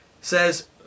says